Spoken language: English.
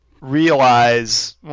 realize